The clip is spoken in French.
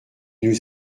nous